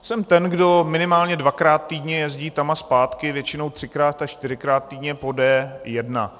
Jsem ten, kdo minimálně dvakrát týdně jezdí tam a zpátky, většinou třikrát až čtyřikrát týdně, po D1.